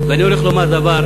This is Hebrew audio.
אני הולך לומר דבר,